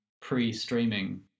pre-streaming